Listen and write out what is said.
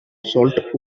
salt